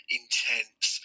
intense